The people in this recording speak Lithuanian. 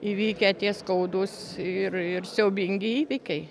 įvykę tie skaudūs ir ir siaubingi įvykiai